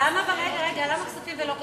למה כספים ולא כלכלה?